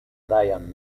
brian